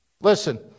Listen